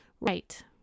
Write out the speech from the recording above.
Right